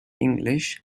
english